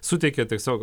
suteikė tiesiog